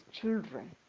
children